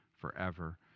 forever